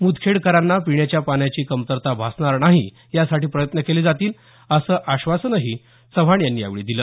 मुदखेडकरांना पिण्याच्या पाण्याची कमतरता भासणार नाही यासाठी प्रयत्न केले जातील असं आश्वासन चव्हाण यांनी यावेळी दिलं